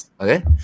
Okay